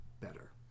better